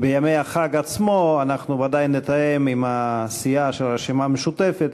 בימי החג עצמו אנחנו נתאם עם הסיעה של הרשימה המשותפת